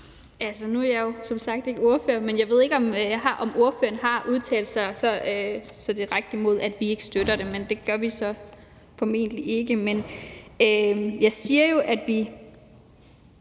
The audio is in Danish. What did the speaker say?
Nu er jeg jo som sagt ikke ordfører, og jeg ved ikke, om ordføreren har udtalt så direkte, at vi ikke støtter det, men det gør vi så formentlig ikke. Men jeg siger jo, at vi